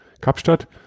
Kapstadt